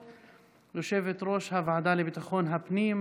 [מס' מ/1398,